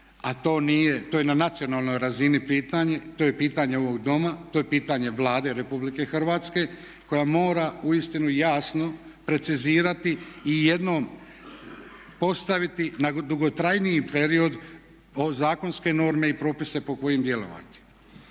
to je na nacionalnoj razini pitanje, to je pitanje ovog doma, to je pitanje Vlade Republike Hrvatske koja mora uistinu jasno precizirati i jednom postaviti na dugotrajniji period zakonske norme i propise po kojim djelovati.